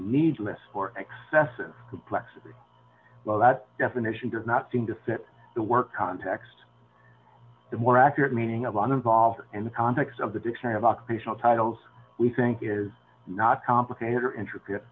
needless or excessive complexity well that definition does not seem to fit the work context the more accurate meaning of an involved in the context of the dictionary of occupational titles we think is not complicated or intricate